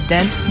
Dent